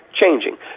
Changing